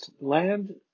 land